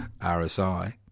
RSI